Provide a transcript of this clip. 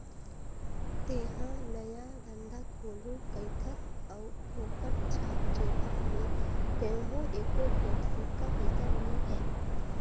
तेंहा नया धंधा खोलहू कहिथस अउ फोकट छाप जेबहा में कहों एको गोट सिक्का पइसा नी हे